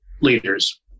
leaders